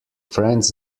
friends